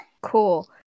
Cool